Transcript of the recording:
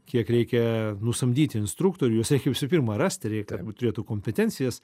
kiek reikia nusamdyti instruktorių juos reikia visų pirma rast reikia kad būt turėtų kompetencijas